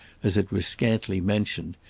as it was scantly mentioned,